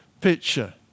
picture